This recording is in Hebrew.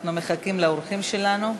אנחנו מחכים לאורחים שלנו.